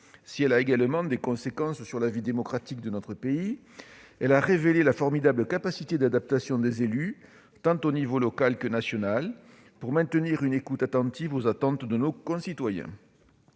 Si elle a également des conséquences sur la vie démocratique de notre pays, elle a révélé la formidable capacité d'adaptation des élus, tant au niveau local qu'au niveau national, pour maintenir une écoute attentive des attentes de nos concitoyens.